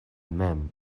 mem